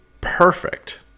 perfect